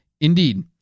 Indeed